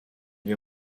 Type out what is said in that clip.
wir